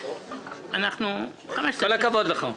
כל הכבוד לך.